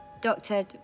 Doctor